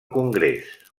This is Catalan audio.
congrés